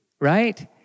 right